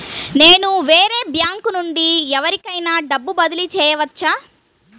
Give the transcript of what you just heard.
నేను వేరే బ్యాంకు నుండి ఎవరికైనా డబ్బు బదిలీ చేయవచ్చా?